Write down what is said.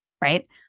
right